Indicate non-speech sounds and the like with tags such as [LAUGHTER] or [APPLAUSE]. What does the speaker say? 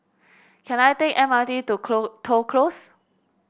can I take M R T to [UNINTELLIGIBLE] Toh Close